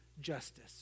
justice